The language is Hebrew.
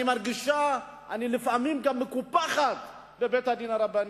אני מרגישה שאני לפעמים מקופחת בבית-הדין הרבני.